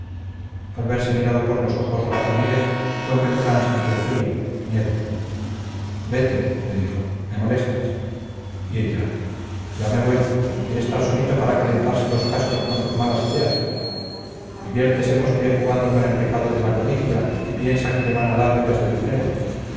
al verse mirado por los ojos ratoniles d beltrán sintió frío miedo vete le dijo me molestas y ella ya me voy quiere estar solito para calentarse los cascos con sus malas ideas diviértese vosté jugando con el pecado de la codicia y piensa que le van a dar ollas de dinero